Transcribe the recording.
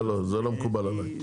לא זה לא מקובל עליי.